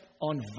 on